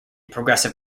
progressive